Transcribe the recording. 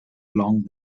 along